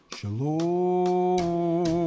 Shalom